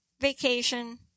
Vacation